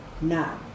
now